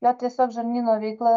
jo tiesiog žarnyno veikla